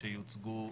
שיוצגו.